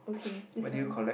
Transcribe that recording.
K this one